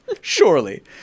surely